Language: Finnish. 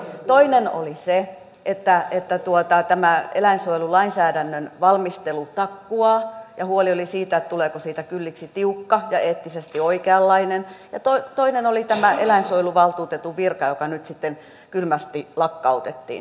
toinen oli se että tämä eläinsuojelulainsäädännön valmistelu takkuaa ja huoli oli siitä tuleeko siitä kylliksi tiukka ja eettisesti oikeanlainen ja toinen oli tämä eläinsuojeluvaltuutetun virka joka nyt sitten kylmästi lakkautettiin